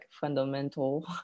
fundamental